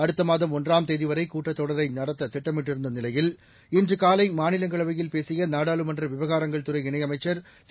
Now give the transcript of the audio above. அடுத்தமாதம்ஒன்றாம்தேதிவரைகூட்டத்தொடரைநடத்ததிட்ட மிட்டிருந்தநிலையில் இன்றுகாலைமாநிலங்களவையில்பேசிய நாடாளுமன்றவிவகாரங்கள்துறைஇணையமைச்சர்திரு